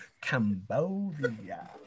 Cambodia